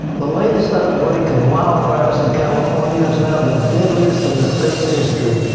the latest outbreak of wildfires in california is now the deadliest in the state's history.